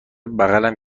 بغلم